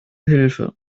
hilfe